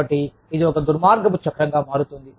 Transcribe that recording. కాబట్టి ఇది ఒక దుర్మార్గపు చక్రంగా మారుతుంది